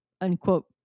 unquote